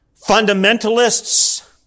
fundamentalists